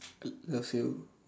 still love you